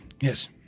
Yes